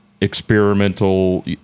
experimental